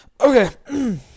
Okay